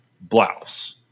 blouse